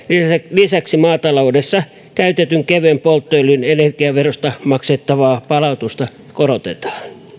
lisäksi maataloudessa käytetyn kevyen polttoöljyn energiaverosta maksettavaa palautusta korotetaan